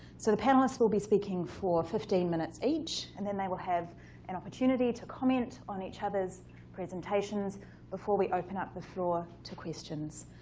so the panelists will be speaking for fifteen minutes each. and then they will have and opportunity to comment on each other's presentations before we open up the floor to questions.